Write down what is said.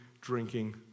drinking